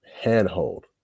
handhold